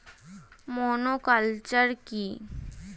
Monoculture কি?